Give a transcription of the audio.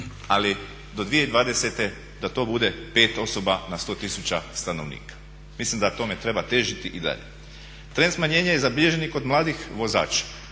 ali do 2020. da to bude 5 osoba na 100 000 stanovnika. Mislim da tome treba težiti i dalje. Trend smanjenja je zabilježen i kod mladih vozača.